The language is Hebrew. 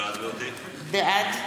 בעד